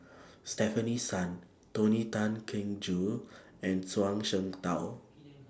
Stefanie Sun Tony Tan Keng Joo and Zhuang Shengtao